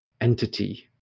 entity